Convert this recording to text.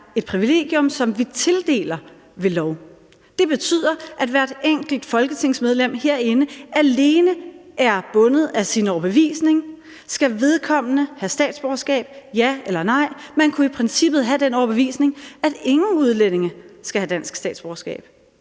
et privilegium, som vi tildeler ved lov. Det betyder, at hvert enkelt folketingsmedlem herinde alene er bundet af sin overbevisning: Skal vedkommende have statsborgerskab, ja eller nej? Man kunne i princippet have den overbevisning, at ingen udlændinge skal have dansk statsborgerskab.